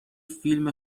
فیلم